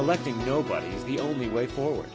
electing nobody is the only way forward